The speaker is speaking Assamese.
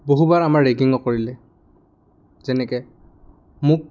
বহুবাৰ আমাৰ ৰেগিঙো কৰিলে যেনেকৈ মোক